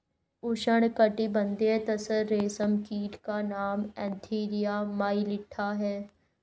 उष्णकटिबंधीय तसर रेशम कीट का नाम एन्थीरिया माइलिट्टा है